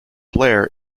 blair